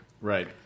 Right